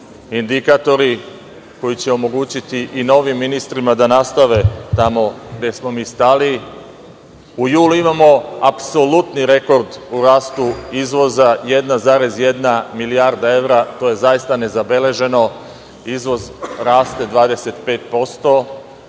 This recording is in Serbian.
indikatori koji će omogućiti i novim ministrima da nastave tamo gde smo mi stali.U julu imamo apsolutni rekord u rastu izvoza 1,1 milijarda evra. To je zaista nezabeleženo. Izvoz raste 25%.